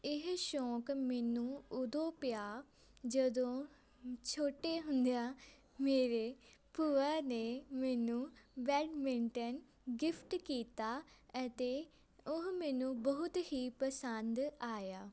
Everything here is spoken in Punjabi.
ਇਹ ਸ਼ੌਂਕ ਮੈਨੂੰ ਉਦੋਂ ਪਿਆ ਜਦੋਂ ਛੋਟੇ ਹੁੰਦਿਆਂ ਮੇਰੇ ਭੂਆ ਨੇ ਮੈਨੂੰ ਬੈਡਮਿੰਟਨ ਗਿਫਟ ਕੀਤਾ ਅਤੇ ਉਹ ਮੈਨੂੰ ਬਹੁਤ ਹੀ ਪਸੰਦ ਆਇਆ